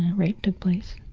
rape took place,